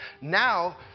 Now